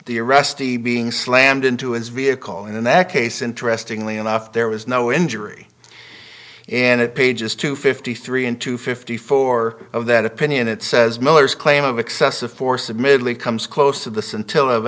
arrestee being slammed into his vehicle and in that case interestingly enough there was no injury and it pages two fifty three in two fifty four of that opinion it says miller's claim of excessive force admittedly comes close to the